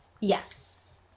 yes